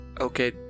Okay